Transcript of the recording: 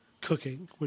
cooking